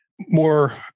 more